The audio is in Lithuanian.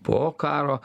po karo